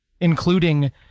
including